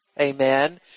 Amen